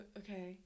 okay